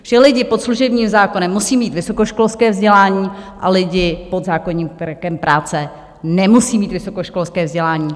Že lidé pod služebním zákonem musí mít vysokoškolské vzdělání a lidé pod zákoníkem práce nemusí mít vysokoškolské vzdělání.